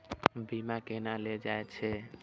बीमा केना ले जाए छे?